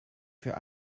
für